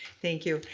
thank you.